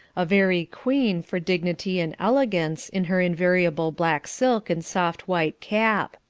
a very queen for dignity and elegance, in her invariable black silk, and soft white cap.